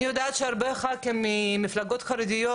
אני יודעת שהרבה ח"כים מהמפלגות החרדיות